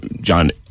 John